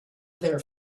their